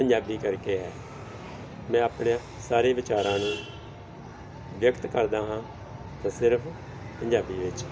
ਪੰਜਾਬੀ ਕਰਕੇ ਹੈ ਮੈਂ ਆਪਣੇ ਸਾਰੇ ਵਿਚਾਰਾਂ ਨੂੰ ਵਿਅਕਤ ਕਰਦਾ ਹਾਂ ਤਾਂ ਸਿਰਫ ਪੰਜਾਬੀ ਵਿੱਚ